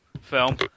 film